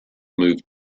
moved